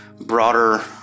broader